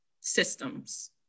systems